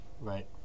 Right